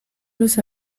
los